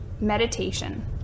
meditation